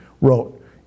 wrote